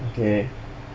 okay